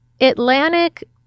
Atlantic